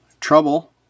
trouble